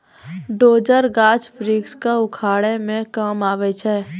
dozer, गाछ वृक्ष क उखाड़े के काम आवै छै